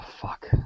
fuck